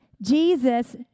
Jesus